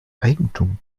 eigentum